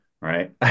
right